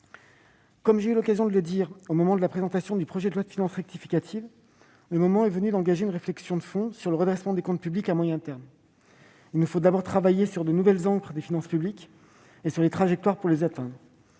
Comme j'ai eu l'occasion de le souligner au moment de la présentation du projet de loi de finances rectificative, le moment est venu d'engager une réflexion de fond sur le redressement des comptes publics à moyen terme. Il nous faut d'abord travailler sur de nouvelles ancres de finances publiques et sur la trajectoire pour les atteindre.